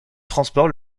transport